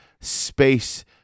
space